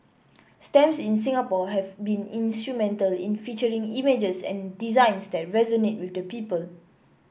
stamps in Singapore have been instrumental in featuring images and designs that resonate with the people